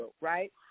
Right